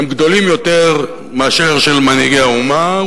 הוא גדול יותר מאשר של מנהיגי האומה,